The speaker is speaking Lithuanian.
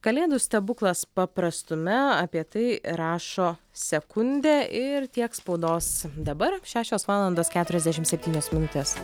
kalėdų stebuklas paprastume apie tai rašo sekundė ir tiek spaudos dabar šešios valandos keturiasdešimt septynios minutes